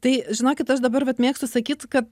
tai žinokit aš dabar vat mėgstu sakyt kad